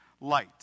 light